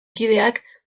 kideak